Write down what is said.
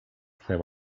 twoja